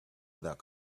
without